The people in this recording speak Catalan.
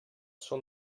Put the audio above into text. són